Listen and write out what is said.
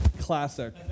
classic